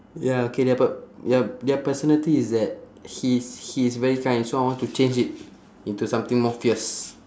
ya okay their p~ ya their personality is that he is he is very kind so I want to change it into something more fierce